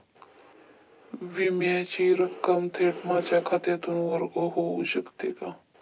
विम्याची रक्कम थेट माझ्या खात्यातून वर्ग होऊ शकते का?